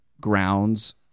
grounds